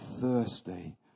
thirsty